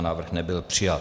Návrh nebyl přijat.